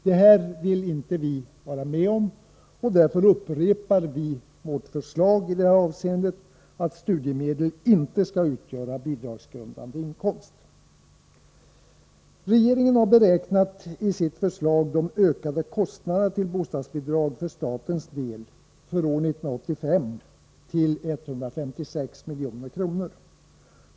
Detta vill vi inte vara med om, och därför upprepar vi vårt förslag att studiemedel inte skall utgöra bidragsgrundande inkomst. Regeringen beräknar i sitt förslag de ökade kostnaderna för statens del för bostadsbidrag för år 1985 till 156 milj.kr.